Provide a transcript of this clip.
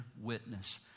witness